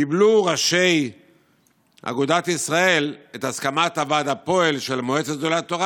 קיבלו ראשי אגודת ישראל את הסכמת הוועד הפועל של מועצת גדולי התורה